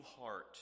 heart